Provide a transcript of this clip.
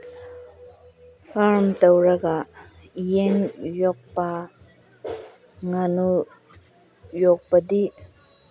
farm ꯇꯧꯔꯒ ꯌꯦꯟ ꯌꯣꯛꯄ ꯉꯥꯅꯨ ꯌꯣꯛꯄꯗꯤ